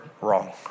wrong